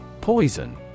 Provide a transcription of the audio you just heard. Poison